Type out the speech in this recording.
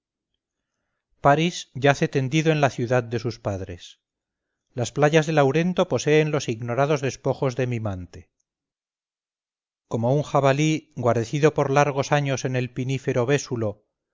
encendida paris yace tendido en la ciudad de sus padres las playas de laurento poseen los ignorados despojos de mimante como un jabalí guarecido por largos años en el